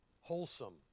wholesome